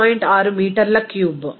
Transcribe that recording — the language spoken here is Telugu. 6 మీటర్ల క్యూబ్